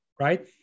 Right